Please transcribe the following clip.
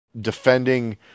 defending